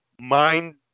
mind